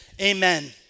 amen